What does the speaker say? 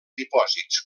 dipòsits